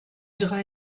drei